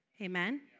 Amen